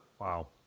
Wow